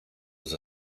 was